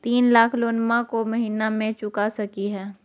तीन लाख लोनमा को महीना मे चुका सकी हय?